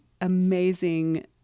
amazing